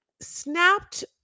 snapped